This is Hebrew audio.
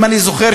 אם אני זוכר,